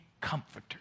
comforter